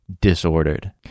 disordered